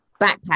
backpack